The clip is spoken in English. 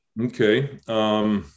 Okay